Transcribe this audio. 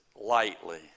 lightly